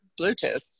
Bluetooth